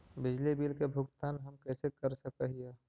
बिजली बिल के भुगतान हम कैसे कर सक हिय?